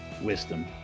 wisdom